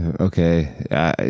Okay